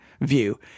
view